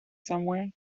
somewhere